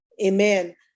amen